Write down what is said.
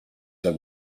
have